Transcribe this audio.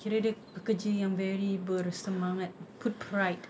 kira dia kerja yang very bersemangat put pride